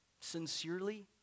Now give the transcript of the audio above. Sincerely